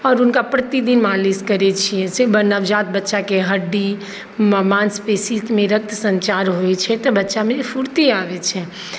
आओर हुनका प्रतिदिन मालिश करै छियै से नवजात बच्चाके हड्डी माँसपेशीमे रक्त सँचार होइ छै तऽ बच्चामे फूर्ति आबै छै